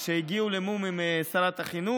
שהגיעו למו"מ עם שרת החינוך,